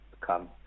come